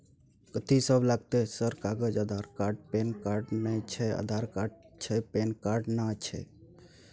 कथि सब लगतै है सर कागज आधार कार्ड पैन कार्ड नए छै आधार कार्ड छै पैन कार्ड ना छै?